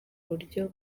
buryo